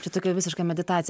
čia tokia visiška meditacija